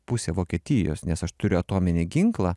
pusė vokietijos nes aš turiu atominį ginklą